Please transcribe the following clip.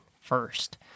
first